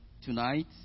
tonight